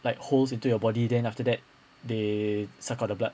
like holes into your body then after that they suck out the blood